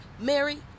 Mary